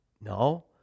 No